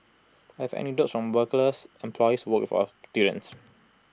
I have anecdotes from employers work for students